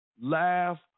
laugh